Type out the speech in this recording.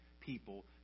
people